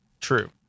True